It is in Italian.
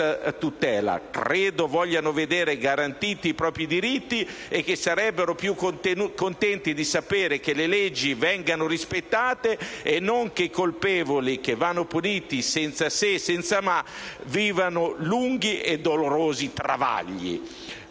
tutela. Credo vogliano vedere garantiti i propri diritti e che sarebbero più contenti di sapere che le leggi vengono rispettate e non che i colpevoli, che vanno puniti senza se e senza ma, vivano lunghi e dolorosi travagli.